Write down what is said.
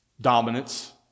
dominance